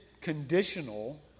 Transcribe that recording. conditional